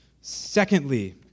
Secondly